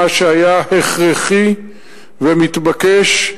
מה שהיה הכרחי ומתבקש,